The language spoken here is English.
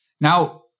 Now